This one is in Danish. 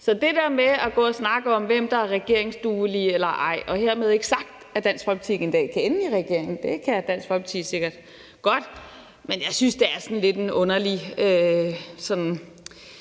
Så det der med at gå og snakke om, hvem der er regeringsduelige eller ej – og hermed ikke sagt, at Dansk Folkeparti ikke en dag kan ende i regeringen; det kan Dansk Folkeparti sikkert godt – synes jeg er sådan lidt en underlig pegeleg,